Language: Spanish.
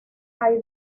hay